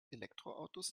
elektroautos